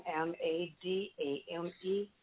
M-A-D-A-M-E